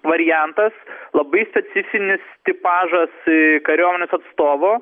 variantas labai specifinis tipažas kariuomenės atstovo